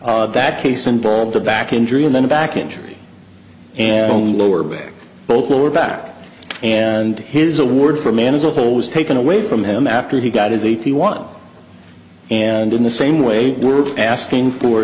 because that case involved a back injury and then a back injury on lower back both your back and his award for man as a whole was taken away from him after he got his eighty one and in the same way we're asking for